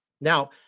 Now